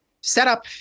setup